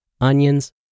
onions